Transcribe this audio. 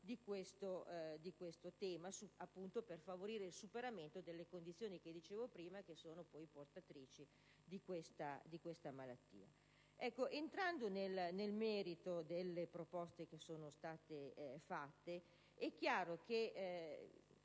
di questo tema per favorire il superamento delle condizioni che dicevo prima, che sono poi portatrici di tale malattia. Entrando nel merito delle proposte fatte, è chiaro che